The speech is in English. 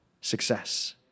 success